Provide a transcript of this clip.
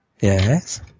Yes